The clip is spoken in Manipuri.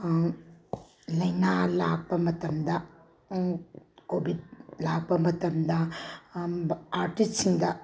ꯂꯥꯏꯅꯥ ꯂꯥꯛꯄ ꯃꯇꯝꯗ ꯀꯣꯚꯤꯠ ꯂꯥꯛꯄ ꯃꯇꯝꯗ ꯑꯥꯔꯇꯤꯁꯁꯤꯡꯗ